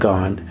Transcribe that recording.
God